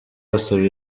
bose